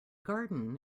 garden